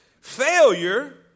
Failure